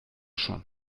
schon